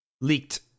leaked